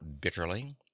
bitterly